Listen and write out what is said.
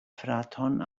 fraton